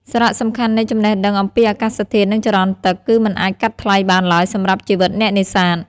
សារៈសំខាន់នៃចំណេះដឹងអំពីអាកាសធាតុ និងចរន្តទឹក គឺមិនអាចកាត់ថ្លៃបានឡើយសម្រាប់ជីវិតអ្នកនេសាទ។